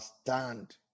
stand